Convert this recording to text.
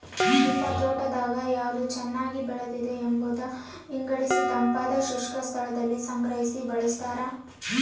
ನಿಮ್ ತೋಟದಾಗ ಯಾವ್ದು ಚೆನ್ನಾಗಿ ಬೆಳೆದಿದೆ ಎಂಬುದ ವಿಂಗಡಿಸಿತಂಪಾದ ಶುಷ್ಕ ಸ್ಥಳದಲ್ಲಿ ಸಂಗ್ರಹಿ ಬಳಸ್ತಾರ